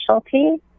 specialty